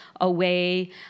away